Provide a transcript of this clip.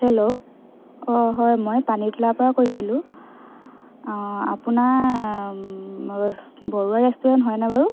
hello অঁ হয় মই পানীতোলাৰপৰা কৈছিলোঁ আপোনাৰ বৰুৱা ৰেষ্টুৰেণ্ট হয় নে বাৰু